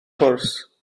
cwrs